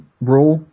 Raw